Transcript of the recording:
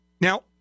Now